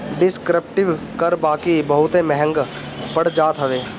descriptive कर बाकी बहुते महंग पड़ जात हवे